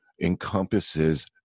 encompasses